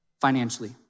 financially